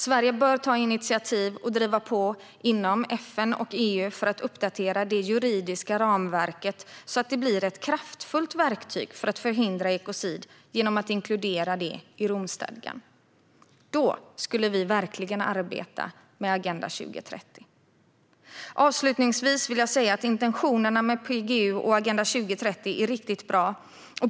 Sverige bör ta initiativ och driva på inom FN och EU för att uppdatera det juridiska ramverket så att det blir ett kraftfullt verktyg för att förhindra ekocid genom att inkludera det i Romstadgan. Då skulle vi verkligen arbeta med Agenda 2030. Avslutningsvis vill jag säga att intentionerna med PGU och Agenda 2030 är riktigt bra.